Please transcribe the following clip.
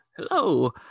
Hello